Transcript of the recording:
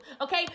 okay